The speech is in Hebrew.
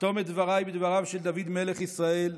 אחתום את דבריי בדבריו של דוד מלך ישראל: